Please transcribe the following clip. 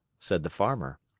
said the farmer.